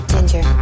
Ginger